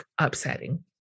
upsetting